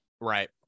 Right